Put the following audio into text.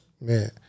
Man